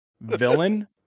villain